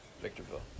Victorville